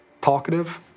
talkative